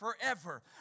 forever